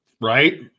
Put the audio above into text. Right